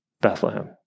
Bethlehem